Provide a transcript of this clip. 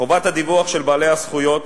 חובות הדיווח של בעלי הזכויות